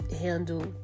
handle